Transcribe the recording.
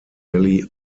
telly